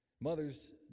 Mothers